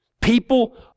People